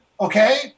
Okay